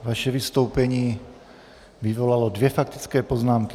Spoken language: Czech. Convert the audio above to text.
Vaše vystoupení vyvolalo dvě faktické poznámky.